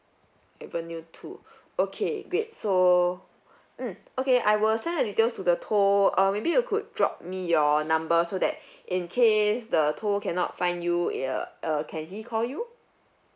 avenue two okay great so mm okay I will send the details to the tow uh maybe you could drop me your number so that in case the tow cannot find you uh can he call you